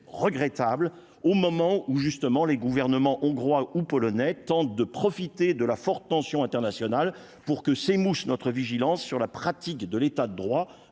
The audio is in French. regrettable au moment où justement les gouvernements hongrois ou polonais tente de profiter de la forte tension internationale pour que ces mousses notre vigilance sur la pratique de l'état de droit,